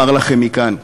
אומר לכם מכאן,